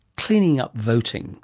cleaning up voting